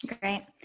Great